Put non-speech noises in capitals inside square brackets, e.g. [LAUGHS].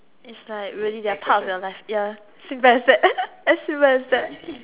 its like really they are part of your life ya very sad [LAUGHS] I still very sad